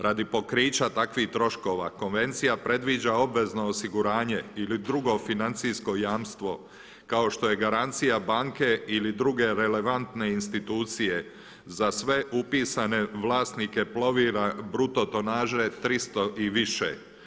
Radi pokrića takvih troškova konvencija predviđa obvezno osiguranje ili drugo financijsko jamstvo, kao što je garancija banke ili druge relevantne institucije za sve upisane vlasnike plovila bruto tonaže 300 i više.